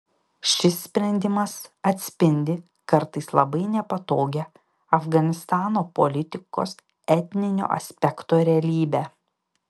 šis sprendimas atspindi kartais labai nepatogią afganistano politikos etninio aspekto realybę